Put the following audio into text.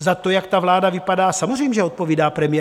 Za to, jak vláda vypadá, samozřejmě odpovídá premiér.